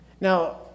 Now